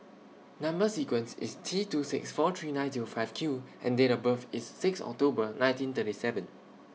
Number sequence IS T two six four three nine two five Q and Date of birth IS six October nineteen thirty seven